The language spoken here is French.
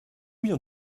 viens